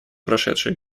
прошедшие